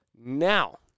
Now